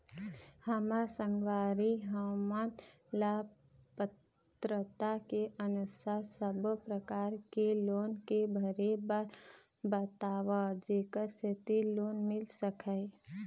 हमर संगवारी हमन ला पात्रता के अनुसार सब्बो प्रकार के लोन के भरे बर बताव जेकर सेंथी लोन मिल सकाए?